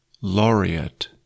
Laureate